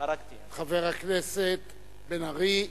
חבר הכנסת בן-ארי,